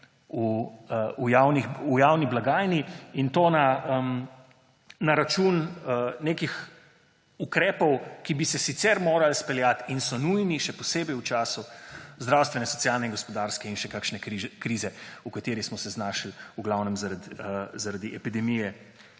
v javno blagajno, in to na račun nekih ukrepov, ki bi se sicer morali izpeljati in so nujni še posebej v času zdravstvene, socialne, gospodarske in še kakšne krize, v kateri smo se znašli v glavnem zaradi epidemije